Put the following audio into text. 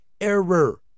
error